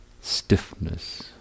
stiffness